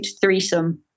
threesome